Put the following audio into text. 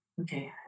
okay